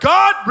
God